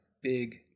Big